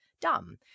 dumb